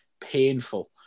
painful